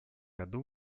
году